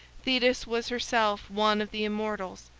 thetis was herself one of the immortals,